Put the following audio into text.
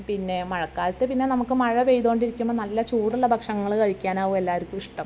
പിന്നെ മഴക്കാലത്ത് പിന്നെ നമുക്ക് മഴ പെയ്തുകൊണ്ടിരിക്കുമ്പോൾ നല്ല ചൂടുള്ള ഭക്ഷണങ്ങൾ കഴിക്കാനാവും എല്ലാവർക്കും ഇഷ്ടം